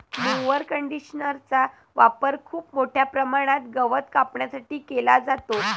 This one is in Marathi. मोवर कंडिशनरचा वापर खूप मोठ्या प्रमाणात गवत कापण्यासाठी केला जातो